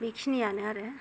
बेखिनियानो आरो